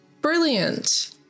Brilliant